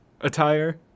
attire